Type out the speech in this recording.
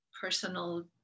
personal